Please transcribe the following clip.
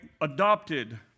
Adopted